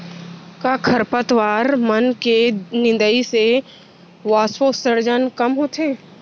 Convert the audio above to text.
का खरपतवार मन के निंदाई से वाष्पोत्सर्जन कम होथे?